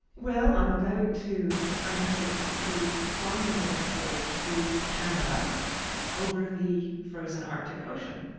well i'm about to undertake to ski from the north pole to canada over the frozen arctic ocean.